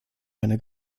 eine